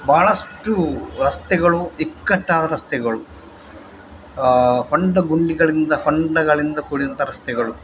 ಬಹಳಷ್ಟು ರಸ್ತೆಗಳು ಇಕ್ಕಟ್ಟಾದ ರಸ್ತೆಗಳು ಹೊಂಡ ಗುಂಡಿಗಳಿಂದ ಹೊಂಡಗಳಿಂದ ಕೂಡಿದಂಥ ರಸ್ತೆಗಳು